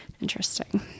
Interesting